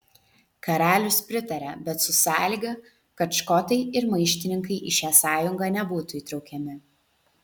karalius pritaria bet su sąlyga kad škotai ir maištininkai į šią sąjungą nebūtų įtraukiami